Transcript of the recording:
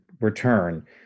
return